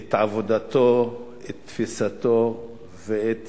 את עבודתו, את תפיסתו ואת